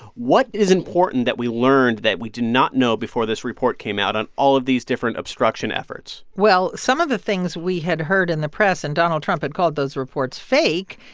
what is important that we learned that we did not know before this report came out on all of these different obstruction efforts? well some of the things we had heard in the press and donald trump had called those reports fake,